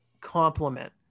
complement